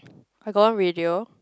I got one radio